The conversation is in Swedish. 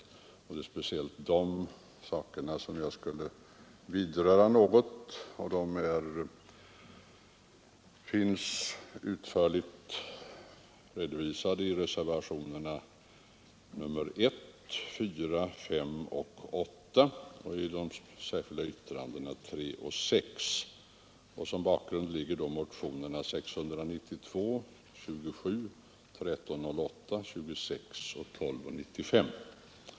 Det är speciellt dessa saker jag skulle vilja vidröra något. De finns utförligt redovisade i reservationerna 1, 4, 5 och 8 och i de särskilda yttrandena 3 och 6. Som bakgrund ligger motionerna 692, 27, 1308, 26 och 1295.